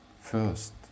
first